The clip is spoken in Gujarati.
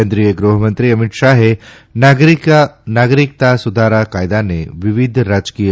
કેન્દ્રીય ગૃહમંત્રી અમિત શાહે નાગરિકતા સુધારા કાયદાને વિવિધ રાજકીય